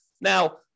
Now